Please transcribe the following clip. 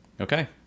Okay